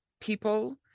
people